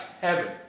heaven